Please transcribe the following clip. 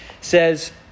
says